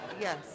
Yes